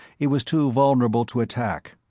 it was too vulnerable to attack.